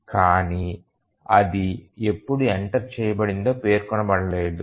కానీ అది ఎప్పుడు ఎంటర్ చేయబడిందో పేర్కొనబడలేదు